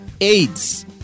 AIDS